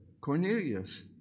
Cornelius